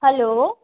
hello